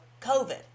COVID